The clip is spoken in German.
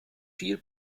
viel